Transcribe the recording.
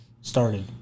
started